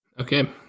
Okay